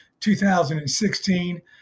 2016